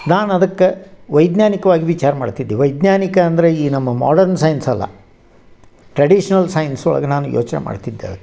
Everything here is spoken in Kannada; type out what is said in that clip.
ನಾನು ಅದಕ್ಕೆ ವೈಜ್ಞಾನಿಕವಾಗಿ ವಿಚಾರ ಮಾಡ್ತಿದ್ದೆ ವೈಜ್ಞಾನಿಕ ಅಂದರೆ ಈ ನಮ್ಮ ಮಾಡ್ರನ್ ಸೈನ್ಸ್ ಅಲ್ಲ ಟ್ರೆಡಿಷ್ನಲ್ ಸೈನ್ಸ್ ಒಳಗೆ ನಾನು ಯೋಚನೆ ಮಾಡ್ತಿದ್ದೆ ಅದಕ್ಕ